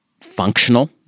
functional